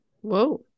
Whoa